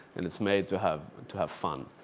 and it's made to have to have fun.